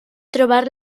trobar